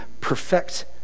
perfect